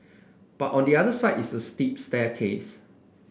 but on the other side is a steep staircase